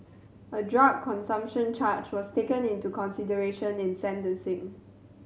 a drug consumption charge was taken into consideration in sentencing